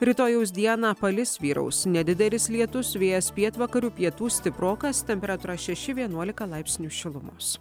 rytojaus dieną palis vyraus nedidelis lietus vėjas pietvakarių pietų stiprokas temperatūra šeši vienuolika laipsnių šilumos